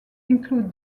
include